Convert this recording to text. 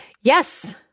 Yes